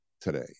today